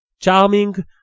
charming